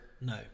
No